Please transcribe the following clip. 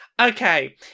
Okay